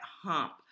hump